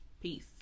Peace